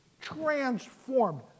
transformed